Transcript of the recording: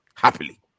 happily